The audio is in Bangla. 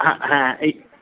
হ্যাঁ হ্যাঁ এই